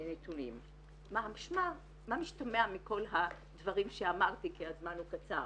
מה משתמע מכל הדברים שאמרתי, כי הזמן הוא קצר